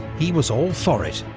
he was all for it,